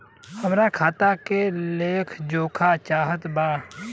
हमरा खाता के लेख जोखा चाहत बा?